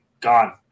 gone